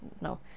no